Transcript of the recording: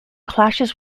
clashes